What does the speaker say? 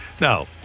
Now